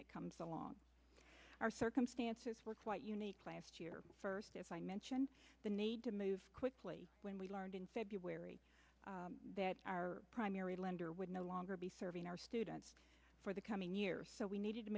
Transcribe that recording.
that comes along our circumstances were quite unique biased year first if i mention the need to move quickly when we learned in february that our primary lender would no longer be serving our students for the coming year so we needed to